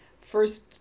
first